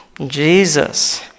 Jesus